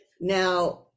now